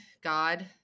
God